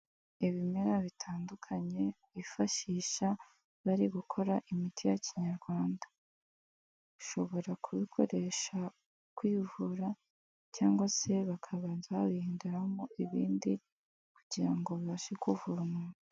Ibimera bitandukanye bifashisha bari gukora imiti ya kinyarwanda, bashobora kubikoresha mu kwivura cyangwa se bakabanza babihinduramo ibindi kugira ngo babashe kuvura umuntu.